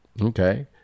okay